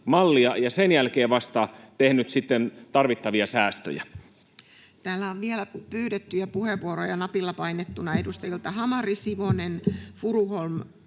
ja sen jälkeen vasta tehnyt sitten tarvittavia säästöjä. Täällä on vielä pyydettyjä puheenvuoroja napilla painettuina edustajilta Hamari, Siponen, Furuholm,